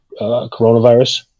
coronavirus